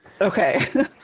Okay